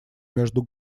между